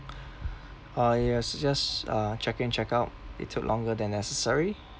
I uh suggest uh check in check out it took longer than necessary